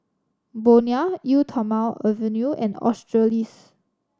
Bonia Eau Thermale Avene and Australis